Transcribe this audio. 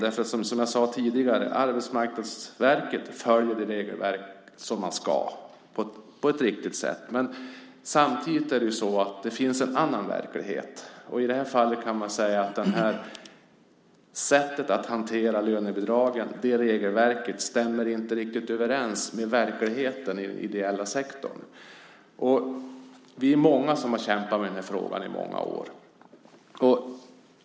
Som jag tidigare sagt följer Arbetsmarknadsverket på ett riktigt sätt det regelverk som man ska följa. Men samtidigt finns det en annan verklighet. I det här fallet kan man säga att regelverket för sättet att hantera lönebidragen inte riktigt stämmer överens med verkligheten i den ideella sektorn. Vi är många som i många år har kämpat med frågan.